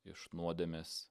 iš nuodėmės